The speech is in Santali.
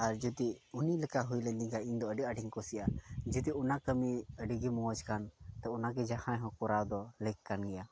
ᱟᱨ ᱡᱩᱫᱤ ᱩᱱᱤ ᱞᱮᱠᱟ ᱦᱩᱭ ᱞᱮᱱ ᱛᱤᱧ ᱠᱷᱟᱱ ᱤᱧᱫᱚ ᱟᱹᱰᱤ ᱟᱸᱴᱤᱧ ᱠᱩᱥᱤᱭᱟᱜᱼᱟ ᱡᱩᱫᱤ ᱚᱱᱟ ᱠᱟᱹᱢᱤ ᱟᱹᱰᱤᱜᱮ ᱢᱚᱡᱽ ᱠᱷᱟᱱ ᱛᱳ ᱚᱱᱟᱦᱚᱸ ᱡᱟᱦᱟᱸ ᱜᱮ ᱠᱚᱨᱟᱣ ᱫᱚ ᱞᱮᱹᱠ ᱠᱟᱱ ᱜᱮᱭᱟ